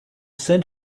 cent